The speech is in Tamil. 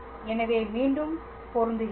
எனவே மீண்டும் பொருந்துகிறேன்